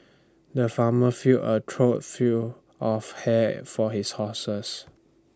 the farmer fill A trough fill of hay for his horses